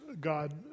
God